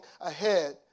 ahead